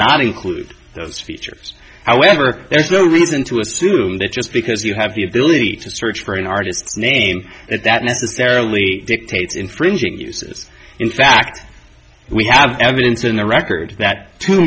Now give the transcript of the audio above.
not include those features however there's no reason to assume that just because you have the ability to search for an artist's name that that necessarily dictates infringing uses in fact we have evidence in the record that two